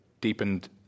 deepened